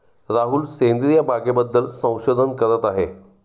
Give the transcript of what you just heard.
राहुल सेंद्रिय बागेबद्दल संशोधन करत आहे